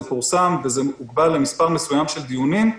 זה פורסם והוגבל למספר מסוים של דיונים.